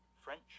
French